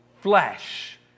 flesh